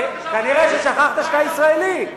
כנראה ששכחת שאתה ישראלי.